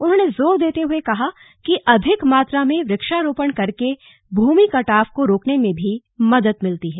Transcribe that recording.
उन्होंने जोर देते हुए कहा कि अधिक मात्रा में वृक्षारोपण करके भूमि कटाव को रोकने में भी मदद मिलती है